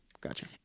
Gotcha